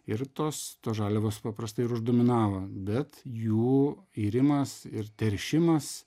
ir tos žaliavos paprastai uždominavo bet jų irimas ir teršimas